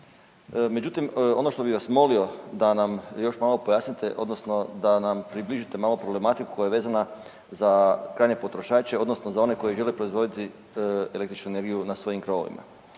Međutim, ono što bi vas molio da nam još malo pojasnite odnosno da nam približite malo problematiku koja je vezana za krajnje potrošače odnosno za one koji žele proizvoditi električnu energiju na svojim krovovima.